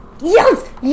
Yes